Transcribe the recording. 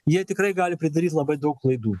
jie tikrai gali pridaryt labai daug klaidų